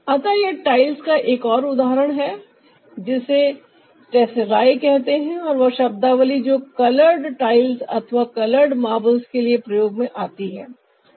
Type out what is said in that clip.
अतः यह टाइल्स का एक और उदाहरण है जिसे टेसेराए कहते हैं और वह शब्दावली जो कलर्ड टाइल्स अथवा कलर्ड मार्बल्स के लिए प्रयोग में आती है